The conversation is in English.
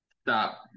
Stop